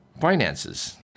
finances